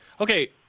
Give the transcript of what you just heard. okay